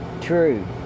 true